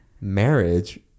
Marriage